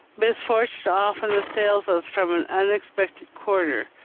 misfortune often assails us from an unexpected quarter.